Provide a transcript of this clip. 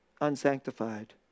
unsanctified